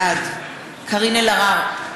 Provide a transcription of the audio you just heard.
בעד קארין אלהרר,